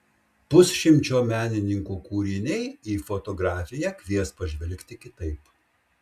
pusšimčio menininkų kūriniai į fotografiją kvies pažvelgti kitaip